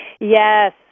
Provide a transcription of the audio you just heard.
Yes